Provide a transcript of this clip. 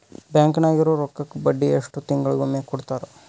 Bank ನಾಗಿರೋ ರೊಕ್ಕಕ್ಕ ಬಡ್ಡಿ ಎಷ್ಟು ತಿಂಗಳಿಗೊಮ್ಮೆ ಕೊಡ್ತಾರ?